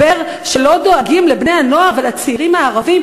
שלא דואגים לבני-הנוער ולצעירים הערבים?